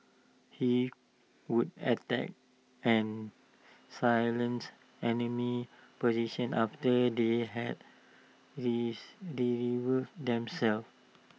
he would attack and silence enemy positions after they had this revealed themselves